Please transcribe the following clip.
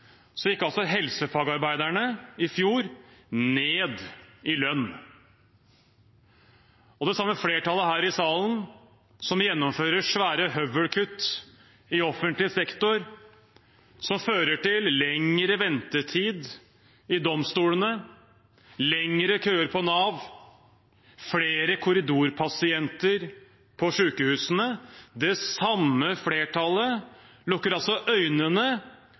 gikk helsefagarbeiderne i fjor ned i lønn. Det samme flertallet her i salen som gjennomfører svære høvelkutt i offentlig sektor – som fører til lengre ventetid i domstolene, lengre køer på Nav, flere korridorpasienter på